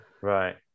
Right